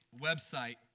website